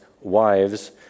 Wives